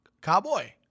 Cowboy